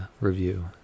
review